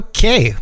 Okay